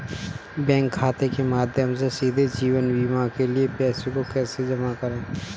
Bank खाते के माध्यम से सीधे जीवन बीमा के लिए पैसे को कैसे जमा करें?